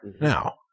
Now